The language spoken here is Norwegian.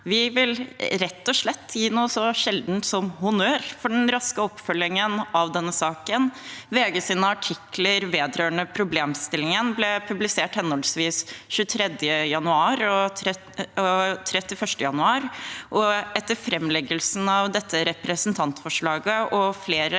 Vi vil rett og slett gi noe så sjeldent som honnør for den raske oppfølgingen av denne saken. VGs artikler vedrørende denne problemstillingen ble publisert henholdsvis 23. januar og 31. januar, og etter framleggelsen av dette representantforslaget og flere